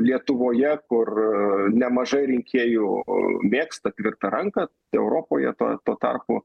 lietuvoje kur nemažai rinkėjų mėgsta tvirtą ranką europoje tuo tuo tarpu